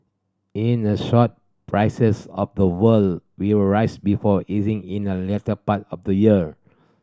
in the short prices of the world will rise before easing in the latter part of the year